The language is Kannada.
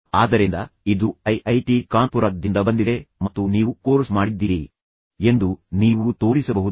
ಆದ್ದರಿಂದ ಇದು ಐಐಟಿ ಕಾನ್ಪುರ ದಿಂದ ಬಂದಿದೆ ಮತ್ತು ನೀವು ಕೋರ್ಸ್ ಮಾಡಿದ್ದೀರಿ ಎಂದು ನೀವು ತೋರಿಸಬಹುದು